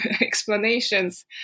explanations